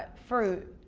fruit.